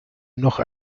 noch